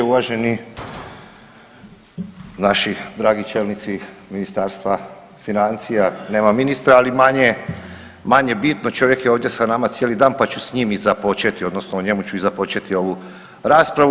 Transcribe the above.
Uvaženi naši dragi čelnici Ministarstva financija, nema ministra, ali manje bitno, čovjek je ovdje sa nama cijeli dan pa ću s njim i započeti odnosno o njemu ću i započeti ovu raspravu.